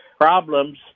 problems